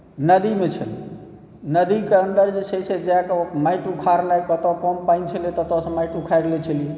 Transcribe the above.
नदीमे छलै नदीके अन्दर जे छै से जाकऽ माटि उखाड़नाइ कतऽ कम पानि छलै ततऽ सँ माटि उखाड़ि लै छलिए